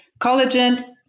Collagen